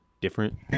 different